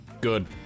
Good